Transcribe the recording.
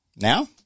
Now